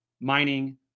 mining